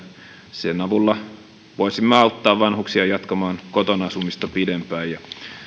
sen avulla voisimme auttaa vanhuksia jatkamaan kotona asumista pidempään ja